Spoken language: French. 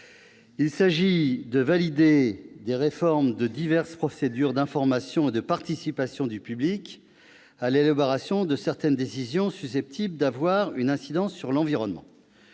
Il s'agit de valider des réformes de diverses procédures d'information et de participation du public à l'élaboration de certaines décisions susceptibles d'avoir une incidence sur l'environnement.